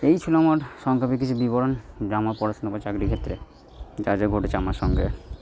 এই ছিল আমার সংক্ষেপে কিছু বিবরণ যা আমার পড়াশুনা বা চাকরি ক্ষেত্রে যা যা ঘটেছে আমার সঙ্গে